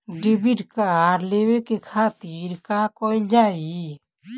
Debit card लेवे के खातिर का कइल जाइ?